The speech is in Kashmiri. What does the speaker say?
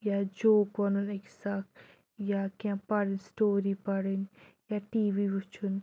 یا جوٗک وَنُن أکِس اَکھ یا کیٚنٛہہ پَرٕنۍ سٕٹوری پَرٕنۍ یا ٹی وی وُچھُن